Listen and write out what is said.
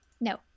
No